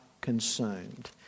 consumed